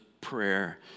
prayer